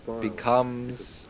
becomes